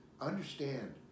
understand